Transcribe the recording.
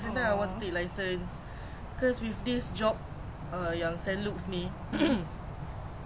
oh so is like !wow!